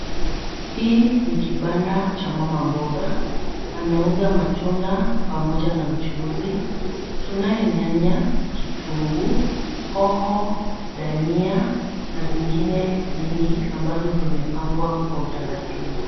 Hii ni kibanda cha mama mboga anauza matunda pamoja na mchuzi, tunayo nyanya, kitunguu, hoho, dania na zingine nyingi ambazo zimepangwa kwa utaratibu.